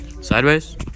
Sideways